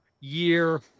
year